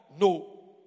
No